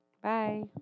Bye